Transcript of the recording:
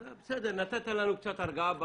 בסדר, נתת לנו קצת הרגעה בוודאות.